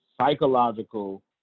psychological